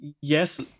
yes